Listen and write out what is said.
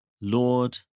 Lord